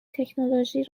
تکنولوژی